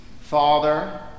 father